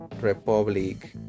Republic